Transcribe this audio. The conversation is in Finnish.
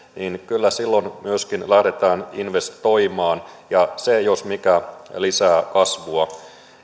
niin kyllä silloin myöskin lähdetään investoimaan ja se jos mikä lisää kasvua